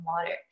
water